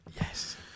yes